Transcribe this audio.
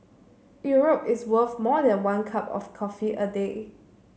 Europe is worth more than one cup of coffee a day